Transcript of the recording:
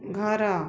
ଘର